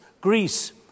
Greece